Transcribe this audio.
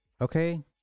Okay